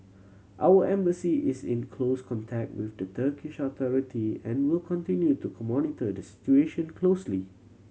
our Embassy is in close contact with the Turkish authority and will continue to monitor the situation closely